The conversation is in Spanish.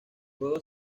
juego